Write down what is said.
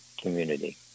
community